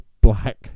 black